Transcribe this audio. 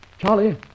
Charlie